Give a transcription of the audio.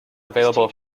available